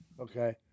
Okay